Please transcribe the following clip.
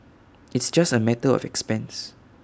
it's just A matter of expense